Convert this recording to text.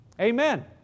Amen